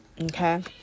Okay